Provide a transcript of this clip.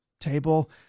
table